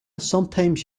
sometimes